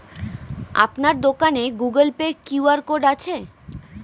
আপনার দোকানে Google pay QR code আছে?